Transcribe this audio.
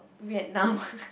Vietnam